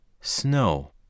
Snow